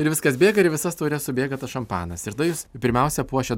ir viskas bėga ir į visas taures subėga tas šampanas ir tada jūs pirmiausia puošiat